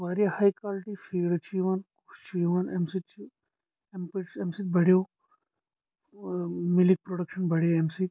واریاہ ہاے quality feed چھِ یِوان ہُہ چھِ یِوان امہِ سۭتۍ چھِ کمپٹشن امہِ سۭتۍ بڑٮ۪و مِلِک پرڈکشن بڑے امہِ سۭتۍ